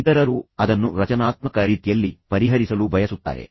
ಇತರರು ಅದನ್ನು ರಚನಾತ್ಮಕ ರೀತಿಯಲ್ಲಿ ಪರಿಹರಿಸಲು ಬಯಸುತ್ತಾರೆ